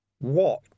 What